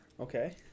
Okay